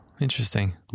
Interesting